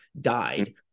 died